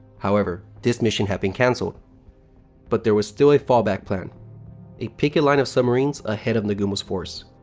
however, this mission had been canceled but there was still a fallback plan a picket line of submarines ahead of nagumo's force,